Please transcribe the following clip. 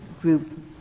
group